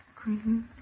Green